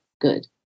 good